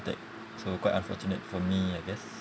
so quite unfortunate for me I guess